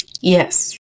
Yes